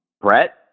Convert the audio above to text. Brett